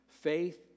Faith